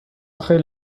خیلی